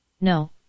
no